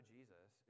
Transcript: Jesus